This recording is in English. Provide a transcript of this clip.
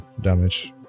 damage